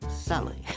Sally